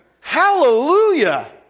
Hallelujah